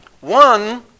One